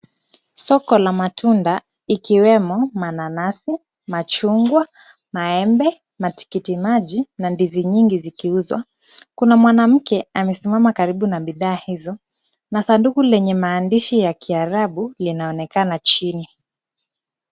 Soko la matunda, ikiwemo mananasi, machungwa, maembe, matikiti maji na ndizi nyingi zikiuzwa. Kuna mwanamke amesimama karibu na bidhaa hizo na sanduku lenye maandishi ya kiarabu linaonekana chini.